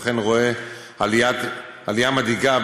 אכן רואה עלייה מדאיגה,